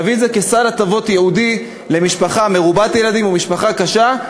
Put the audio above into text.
להביא את זה כסל הטבות ייעודי למשפחה מרובת ילדים ולמשפחה קשה.